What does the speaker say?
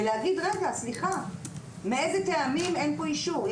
ולברר מאילו טעמים אין פה אישור.